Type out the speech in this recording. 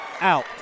out